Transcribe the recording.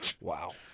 Wow